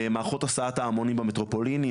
מערכות הסעת ההמונים במטרופולינים,